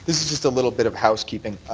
is just a little bit of housekeeping.